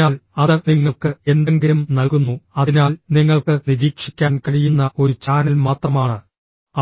അതിനാൽ അത് നിങ്ങൾക്ക് എന്തെങ്കിലും നൽകുന്നു അതിനാൽ നിങ്ങൾക്ക് നിരീക്ഷിക്കാൻ കഴിയുന്ന ഒരു ചാനൽ മാത്രമാണ്